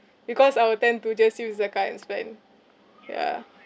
because I will tend to just use the card and spend yeah